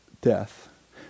death